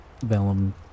vellum